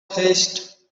haste